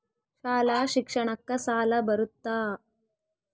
ಶಾಲಾ ಶಿಕ್ಷಣಕ್ಕ ಸಾಲ ಬರುತ್ತಾ?